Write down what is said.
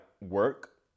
work